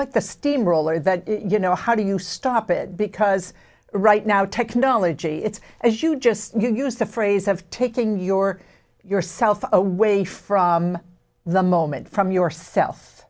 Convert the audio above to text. like the steam roller that you know how do you stop it because right now technology it's as you just give us the phrase have taken your yourself away from the moment from your